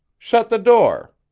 shut the door.